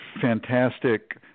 fantastic